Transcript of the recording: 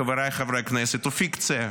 חבריי חברי הכנסת, הוא פיקציה.